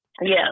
Yes